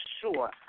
sure